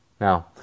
Now